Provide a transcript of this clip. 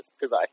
Goodbye